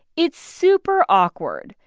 it's super awkward.